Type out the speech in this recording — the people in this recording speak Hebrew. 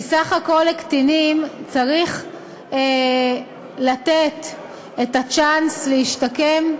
כי בסך הכול לקטינים צריך לתת את הצ'אנס להשתקם.